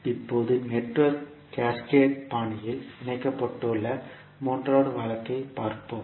இப்போது network cascade பாணியில் இணைக்கப்பட்டுள்ள மூன்றாவது வழக்கைப் பார்ப்போம்